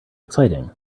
exciting